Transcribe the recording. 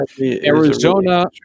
Arizona